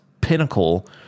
pinnacle